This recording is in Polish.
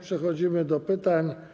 Przechodzimy do pytań.